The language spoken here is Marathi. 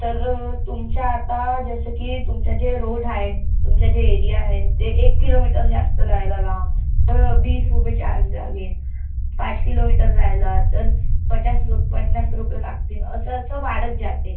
तर तुमच्या आता जसं की तुमच्या जे रोड आहे तुमच्या जे एरिया आहे ते एक किलोमीटर जास्त लायला लांब तर बीस रुपय चार्ज लागेन पाच किलोमीटर राह्यला तर पचास रूप पन्नास रुपय लागतीन असं असं वाढत जाते